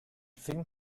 film